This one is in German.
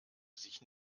sich